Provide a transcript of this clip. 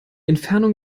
entfernung